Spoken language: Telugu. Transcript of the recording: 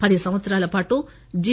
పది సంవత్సరాల పాటు జి